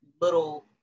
little